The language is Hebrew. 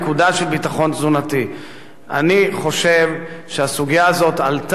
אני חושב שהסוגיה הזו עלתה ככתם על פניה של החברה,